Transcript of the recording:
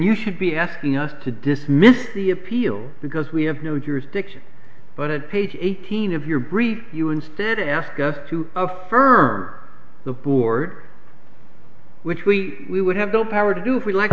you should be asking us to dismiss the appeal because we have no jurisdiction but it page eighteen of your brief you instead ask us to affirm the board which we would have the power to do if we like